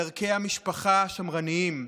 על ערכי המשפחה השמרניים.